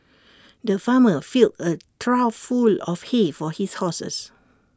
the farmer filled A trough full of hay for his horses